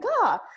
god